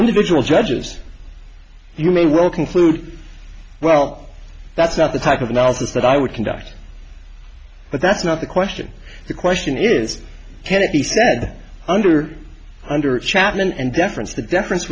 individual judges you may well conclude well that's not the type of analysis that i would conduct but that's not the question the question is can it be said under under a chapman and deference the deference